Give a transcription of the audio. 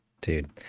dude